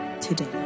today